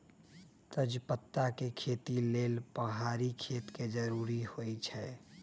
तजपत्ता के खेती लेल पहाड़ी खेत के जरूरी होइ छै